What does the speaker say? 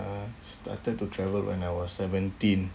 uh started to travel when I was seventeen